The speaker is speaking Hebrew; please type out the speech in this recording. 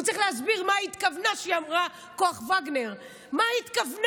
הוא צריך להסביר מה היא התכוונה כשהיא אמרה "כוח וגנר"; מה התכוון